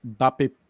BAPE